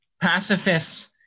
Pacifists